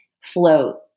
float